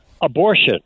abortion